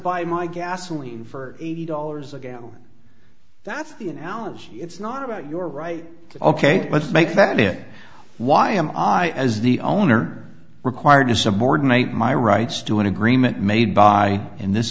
buy my gasoline for eighty dollars a gallon that's the analogy it's not about your right ok let's make that it why am i as the owner required to subordinate my rights to an agreement made by in this